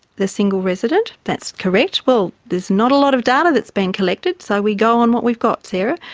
the single resident, that's correct. well, there's not a lot of data that's been collected, so we go on what we've got, sarah.